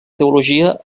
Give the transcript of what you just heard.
teologia